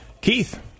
Keith